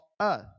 earth